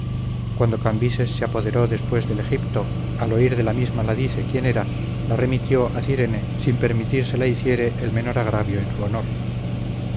cuando cambises se apoderó después del egipto al oír del misma ladice quien era la remitió a cirene sin permitir se la hiciere el menor agravio en su honor